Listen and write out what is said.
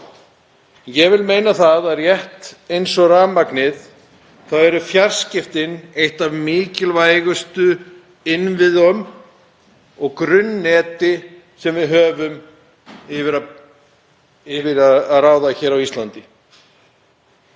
Ég vil meina að rétt eins og rafmagnið séu fjarskiptin einn af mikilvægustu innviðunum og grunnnetunum sem við höfum yfir að ráða hér á Íslandi.